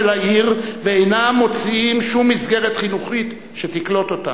העיר ואינם מוצאים שום מסגרת חינוכית שתקלוט אותם?